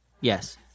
Yes